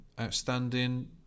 Outstanding